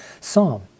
psalm